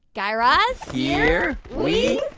guy raz. here we